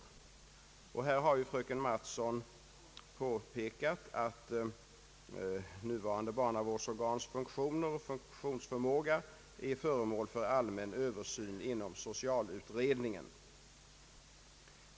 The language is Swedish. I detta sammanhang har fröken Mattson påpekat att nuvarande barnavårdsorgans funktioner och funktionsförmåga är föremål för allmän översyn inom socialutredningen.